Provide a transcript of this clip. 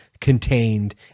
contained